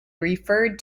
referred